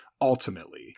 ultimately